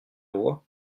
voit